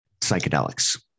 psychedelics